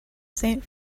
saint